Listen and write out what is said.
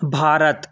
भारतम्